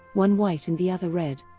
one white and the other red.